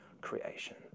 creation